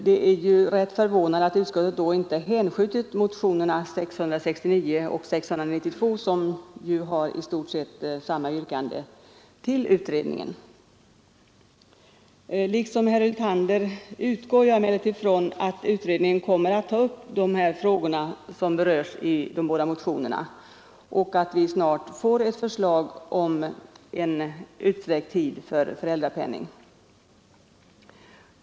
Det är rätt förvånande att utskottet då inte hänskjutit motionerna 669 och 692, som har i stort sett samma yrkande, till denna utredning. Liksom herr Hyltander utgår jag emellertid ifrån att utredningen kommer att ta upp de frågor som berörs i de båda motionerna och att vi snart får ett förslag om utsträckt tid för föräldrapenning.